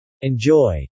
Enjoy